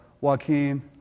Joaquin